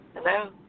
Hello